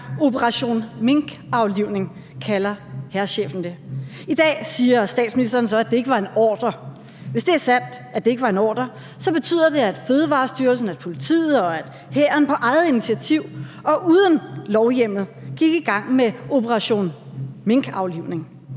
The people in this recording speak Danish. operation minkaflivning kalder hærchefen det. I dag siger statsministeren så, at det ikke var en ordre. Hvis det er sandt, at det ikke var en ordre, så betyder det, at Fødevarestyrelsen, politiet og hæren på eget initiativ og uden lovhjemmel gik i gang med operation minkaflivning.